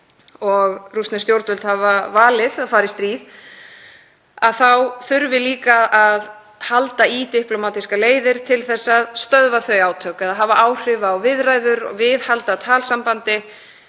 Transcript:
og rússnesk stjórnvöld hafa valið að fara í stríð, þá þarf líka að halda í diplómatískar leiðir til að stöðva þau átök eða hafa áhrif á viðræður og viðhalda talsambandi,